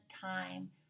time